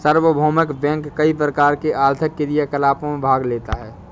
सार्वभौमिक बैंक कई प्रकार के आर्थिक क्रियाकलापों में भाग लेता है